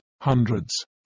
hundreds